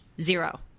zero